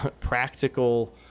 practical